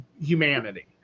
humanity